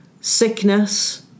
sickness